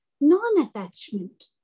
non-attachment